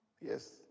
Yes